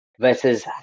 versus